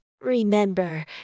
Remember